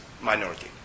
minority